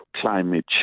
climate